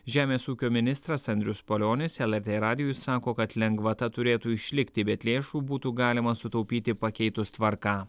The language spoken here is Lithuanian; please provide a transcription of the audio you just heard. žemės ūkio ministras andrius palionis lrt radijui sako kad lengvata turėtų išlikti bet lėšų būtų galima sutaupyti pakeitus tvarką